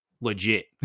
legit